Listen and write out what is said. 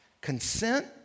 Consent